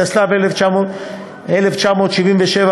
התשל"ז 1977,